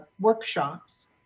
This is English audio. workshops